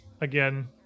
again